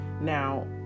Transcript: Now